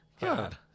God